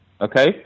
okay